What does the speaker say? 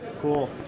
Cool